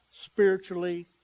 spiritually